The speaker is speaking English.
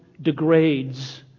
degrades